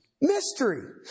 mystery